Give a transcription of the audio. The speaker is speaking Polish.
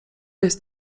jest